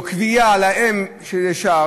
או קביעה להם של איזה שער.